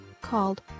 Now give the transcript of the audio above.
called